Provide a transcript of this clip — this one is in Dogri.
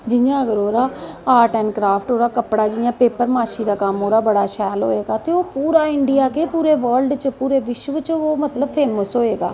जियां अगर ओह्दा आर्ट ऐंड़ क्राफ्ट ओह्दा जियां पेपर नक्काशी दा कम्म ओह्दा बड़ा शैल होएगा ते ओह् पूरा इंदियां केह् पूरे देश च पूरे बल्ड च मतलव फेमस होए दा